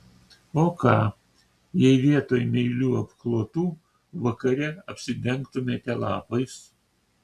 o ką jei vietoj meilių apklotų vakare apsidengtumėte lapais